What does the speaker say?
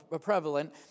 prevalent